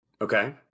Okay